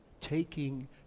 taking